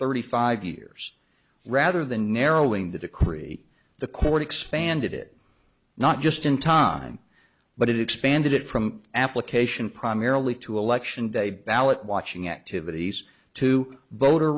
thirty five years rather than narrowing the decree the court expanded it not just in time but it expanded it from application primarily to election day ballot watching activities to voter